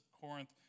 Corinth